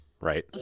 right